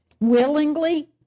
Willingly